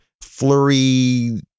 flurry